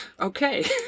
Okay